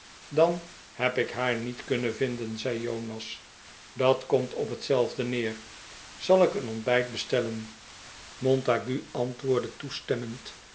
dan heb ik haar niet kunnen vinden zei jonas dat komt op hetzelfde neer zal ik een ontbijt bestellen montague antwoordde toestemmend